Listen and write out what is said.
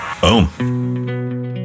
Boom